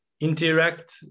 interact